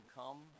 come